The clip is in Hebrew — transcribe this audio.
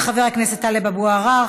תודה רבה לחבר הכנסת טלב אבו עראר.